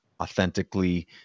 authentically